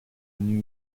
new